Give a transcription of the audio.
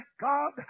God